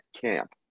camp